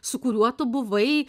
su kuriuo tu buvai